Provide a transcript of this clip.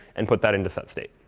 and put that into setstate.